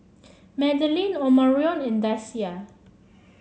Madelyn Omarion and Deasia